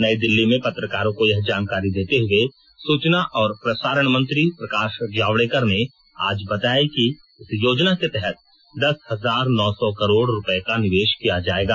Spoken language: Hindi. नई दिल्ली में पत्रकारों को यह जानकारी देते हुए सूचना और प्रसारण मंत्री प्रकाश जावड़ेकर ने आज बताया कि इस योजना के तहत दस हजार नौ सौ करोड़ रुपये का निवेश किया जाएगा